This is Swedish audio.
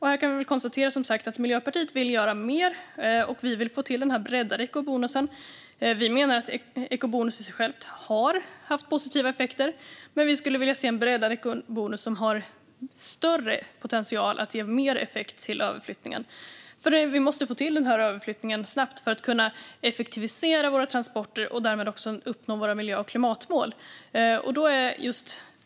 Här kan vi konstatera att Miljöpartiet vill göra mer. Vi vill få till en breddad ekobonus. Vi menar att ekobonus i sig har haft positiva effekter, men vi skulle vilja se en breddad ekobonus som har större potential att ge mer effekt till överflyttningen. Vi måste få till denna överflyttning snabbt för att kunna effektivisera våra transporter och därmed uppnå våra miljö och klimatmål.